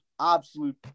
absolute